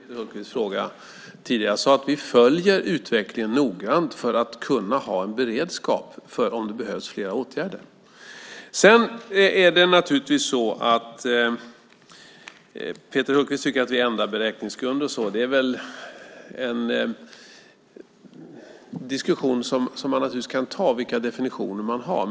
Fru talman! Jag har svarat på Peter Hultqvists fråga tidigare. Jag sade att vi följer utvecklingen noggrant för att kunna ha en beredskap om det behövs fler åtgärder. Peter Hultqvist menar att vi ändrar beräkningsgrunden. Man kan väl ta en diskussion om vilka definitioner vi har.